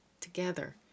together